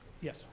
yes